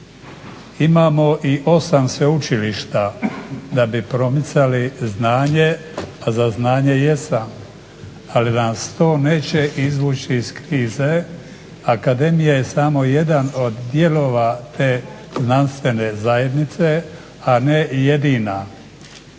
Imamo i 8 sveučilišta, da bi promicali znanje, a za znanje jesam, ali nas to neće izvući iz krize. Akademija je samo jedan od dijelova te znanstvene zajednice, a ne jedina.